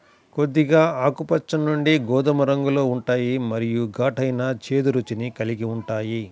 కొద్దిగా ఆకుపచ్చ నుండి గోధుమ రంగులో ఉంటాయి మరియు ఘాటైన, చేదు రుచిని కలిగి ఉంటాయి